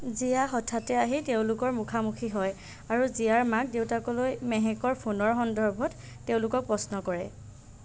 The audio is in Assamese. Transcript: জিয়া হঠাতে আহি তেওঁলোকৰ মুখা মুখি হয় আৰু জিয়াৰ মাক দেউতাকলৈ মেহেকৰ ফোনৰ সন্দৰ্ভত তেওঁলোকক প্ৰশ্ন কৰে